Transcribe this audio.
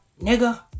nigga